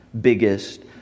biggest